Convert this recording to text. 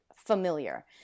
familiar